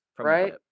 right